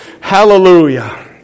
Hallelujah